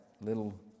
little